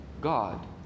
God